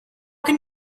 can